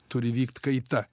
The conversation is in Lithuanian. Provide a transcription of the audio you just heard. turi vykt kaita